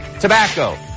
tobacco